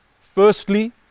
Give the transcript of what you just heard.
Firstly